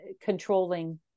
controlling